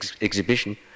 exhibition